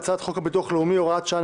הדיון בהצעת חוק הביטוח הלאומי (הוראת שעה,